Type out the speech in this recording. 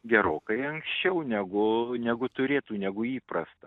gerokai anksčiau negu negu turėtų negu įprasta